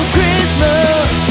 Christmas